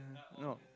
no